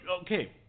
okay